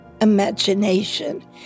imagination